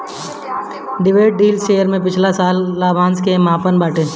dividend yield share पिछला साल के लाभांश के मापत बाटे